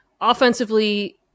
Offensively